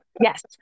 yes